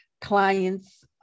clients